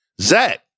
Zach